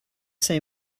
say